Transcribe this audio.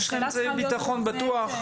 בתקנות כתוב: "לא יצלול אדם צלילה ספורטיבית".